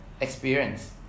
experience